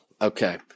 Okay